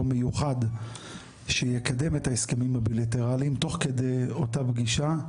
מיוחד שיקדם את ההסכמים הבילטרליים תוך כדי אותה פגישה,